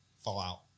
Fallout